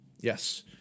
Yes